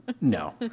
no